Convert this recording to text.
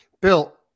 Bill